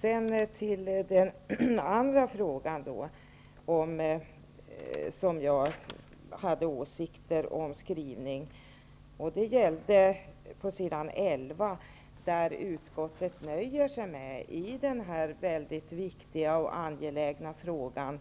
Så till en annan fråga där jag också har åsikter om utskottets skrivning. Det gäller skrivningen på s. 11. I den här viktiga och angelägna frågan